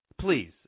please